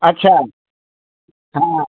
अच्छा हाँ